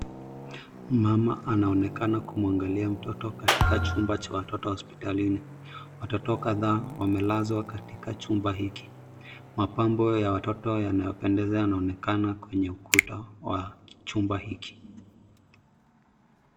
Mama anaonekana kumwangalia mtoto katika chumba cha watoto hospitalini. Watoto kadhaa wamelazwa katika chumba hiki. Mapambo ya watoto yanapendeza yanaonekana kwenye ukuta wa chumba hiki.